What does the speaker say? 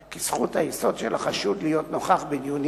כי זכות היסוד של החשוד להיות נוכח בדיונים